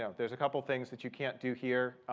ah there's a couple of things that you can't do here.